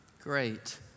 Great